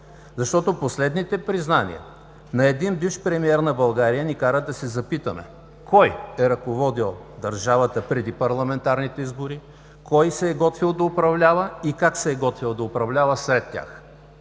Защото последните признания на един бивш премиер на България ни кара да се запитаме: кой е ръководил държавата преди парламентарните избори, кой се е готвил да управлява и как се е готвил да управлява след тях?